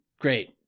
Great